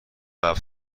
هفت